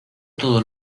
todos